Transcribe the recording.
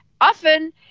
Often